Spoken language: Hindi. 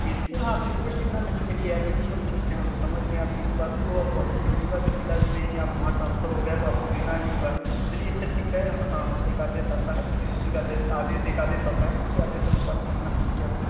बिल्कुल आप रिक्वेस्ट इतना नहीं करिए यार बेटी हम ठीक हैं हम समझ गए हैं आपकी बात को अब हम कितनी बार पिताजी नहीं है ट्रांसफर हो गया है तो आपको देना ही होगा चलिए अच्छा ठीक है हाँ हाँ एक आदेश आता है फ़िर उसी आदेश का आदेश एक आदेश आता है ना उसी आदेश के अनुसार हम अपना टी सी आपको